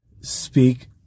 speak